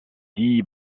dit